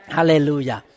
Hallelujah